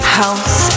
house